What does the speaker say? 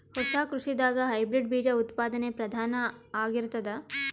ಹೊಸ ಕೃಷಿದಾಗ ಹೈಬ್ರಿಡ್ ಬೀಜ ಉತ್ಪಾದನೆ ಪ್ರಧಾನ ಆಗಿರತದ